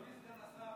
אדוני סגן השר,